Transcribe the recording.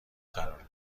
قرار